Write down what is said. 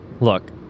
Look